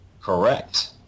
Correct